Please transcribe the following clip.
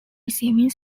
receiving